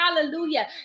hallelujah